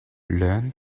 learn